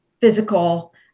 physical